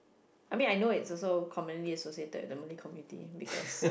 I mean I know it's also commonly associated with the Malay community because